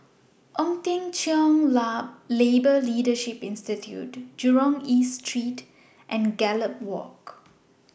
Ong Teng Cheong Labour Leadership Institute Jurong East Street and Gallop Walk